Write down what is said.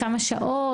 כמה שעות?